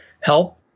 help